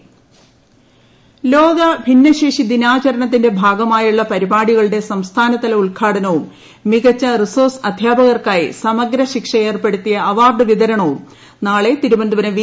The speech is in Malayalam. ലോക ഭിന്നശേഷി ദിനം ലോക ഭിന്നശേഷി ദിനാചരണത്തിന്റെ ഭാഗമായുള്ള പരിപാടികളുടെ സംസ്ഥാനതല ഉദ്ഘാടനവും മികച്ച റിസോഴ്സ് അധ്യാപകർക്കായി സമഗ്രശിക്ഷ ഏർപ്പെടുത്തിയ അവാർഡ് വിതരണവും നാളെ തിരുവനന്തപുരം വി